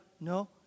no